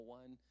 one